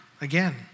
again